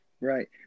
Right